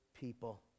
people